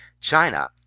China